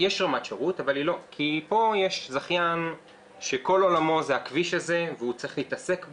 כי פה יש זכיין שכל עולמו זה הכביש הזה והוא צריך להתעסק בו,